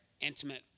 intimate